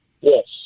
Yes